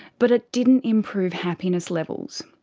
but it didn't improve happiness levels.